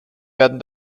werden